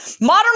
Modern